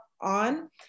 on